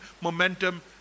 momentum